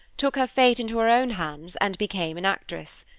took her fate into her own hands, and became an actress.